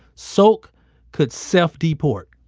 sok could self-deport.